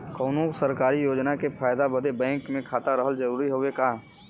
कौनो सरकारी योजना के फायदा बदे बैंक मे खाता रहल जरूरी हवे का?